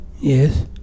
Yes